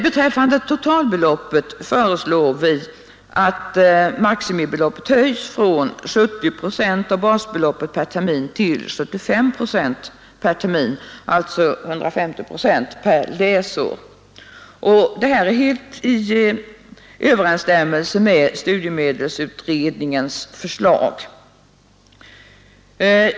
Beträffande totalbeloppet föreslår vi att maximibeloppet höjs från 70 procent av basbeloppet per termin till 75 procent per termin — alltså 150 procent per läsår. Detta är helt i överensstämmelse med studiemedelsutredningens förslag.